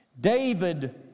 David